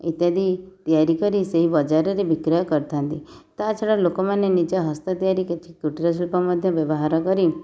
ଇତ୍ୟାଦି ତିଆରି କରି ସେହି ବଜାରରେ ବିକ୍ରୟ କରିଥାନ୍ତି ତା ଛଡ଼ା ଲୋକମାନେ ନିଜ ହସ୍ତ ତିଆରି କିଛି କୁଟୀରଶିଳ୍ପ ମଧ୍ୟ ବ୍ୟବହାର କରି